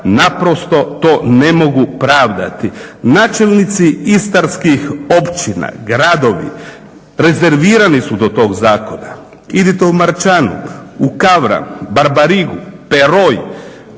naprosto to ne mogu pravdati. Načelnici istarskih općina, gradovi rezervirani su do tog zakona, idite u Marčanu, u Kavran, Barbarigu, Peroj,